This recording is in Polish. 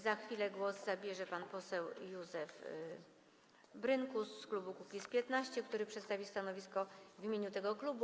Za chwilę głos zabierze pan poseł Józef Brynkus z klubu Kukiz’15, który przedstawi stanowisko w imieniu tego klubu.